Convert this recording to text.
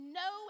no